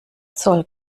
zoll